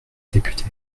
députée